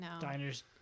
Diners